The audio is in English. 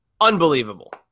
unbelievable